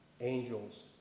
angels